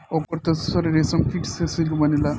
ओकर तसर रेशमकीट से सिल्क बनेला